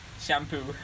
Shampoo